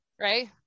right